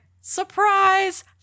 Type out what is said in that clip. surprise